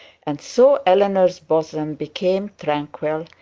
and so eleanor's bosom became tranquil,